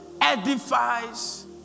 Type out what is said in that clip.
edifies